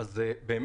אחת?